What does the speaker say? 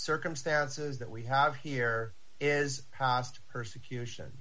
circumstances that we have here is past persecution